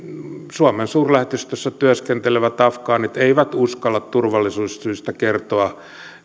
suomen suurlähetystössä työskentelevät afgaanit eivät uskalla turvallisuussyistä kertoa